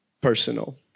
personal